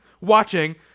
watching